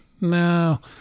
no